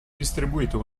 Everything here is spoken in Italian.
distribuito